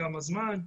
כמה זמן.